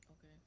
okay